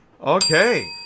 Okay